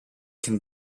can